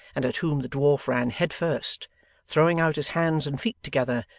and at whom the dwarf ran head first throwing out his hands and feet together,